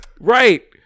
right